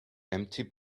empty